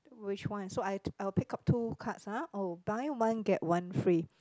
which one so I'd I'll pick up two cards ah oh buy one get one free